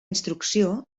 instrucció